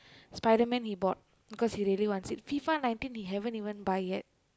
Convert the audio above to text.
Spiderman he bought because he really wants it FIFA Nineteen he haven't even buy yet